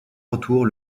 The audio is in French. retour